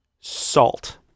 Salt